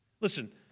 Listen